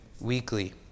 weekly